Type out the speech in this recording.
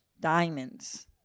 diamonds